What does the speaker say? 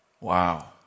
Wow